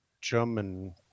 German